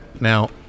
now